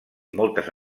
moltes